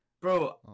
Bro